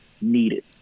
needed